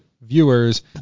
viewers